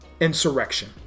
insurrection